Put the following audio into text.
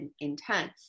intense